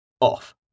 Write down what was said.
off